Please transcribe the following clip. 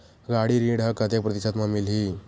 गाड़ी ऋण ह कतेक प्रतिशत म मिलही?